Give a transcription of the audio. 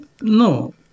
No